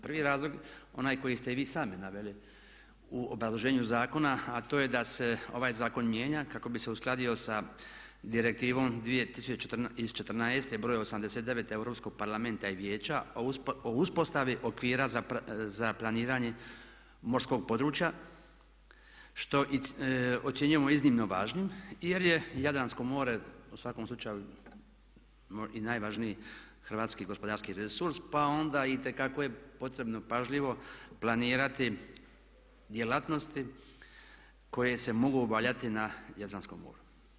Prvi razlog je onaj koji ste i vi sami naveli u obrazloženju zakona, a to je da se ovaj zakon mijenja kako bi se uskladio sa Direktivom iz 2014. br. 89 Europskog parlamenta i vijeća o uspostavi okvira za planiranje morskog područja što ocjenjujemo iznimno važnim jer je Jadransko more u svakom slučaju i najvažniji hrvatski gospodarski resurs pa onda itekako je potrebno pažljivo planirati djelatnosti koje se mogu obavljati na Jadranskom moru.